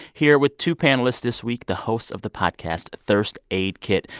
here with two panelists this week the hosts of the podcast thirst aid kit,